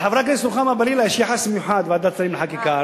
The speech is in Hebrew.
לחברת הכנסת רוחמה בלילא יש יחס מיוחד בוועדת השרים לחקיקה,